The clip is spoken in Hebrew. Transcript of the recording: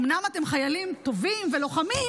אומנם אתם חיילים טובים ולוחמים,